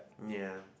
ya